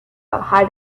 had